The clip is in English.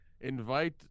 Invite